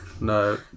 No